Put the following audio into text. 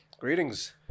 greetings